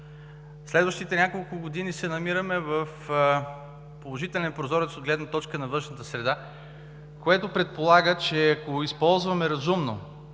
Следващите няколко години се намираме в положителен прозорец от гледна точка на външната среда, което предполага, че ако използваме разумно